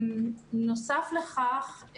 נוסף לכך,